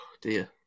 dear